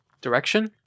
direction